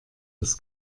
des